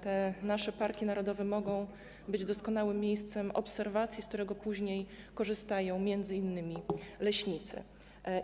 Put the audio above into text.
te nasze parki narodowe mogą być doskonałym miejscem obserwacji, z którego później korzystają m.in. leśnicy.